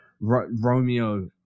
Romeo